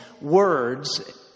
words